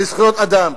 לזכויות אדם.